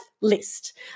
list